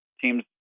teams